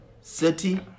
City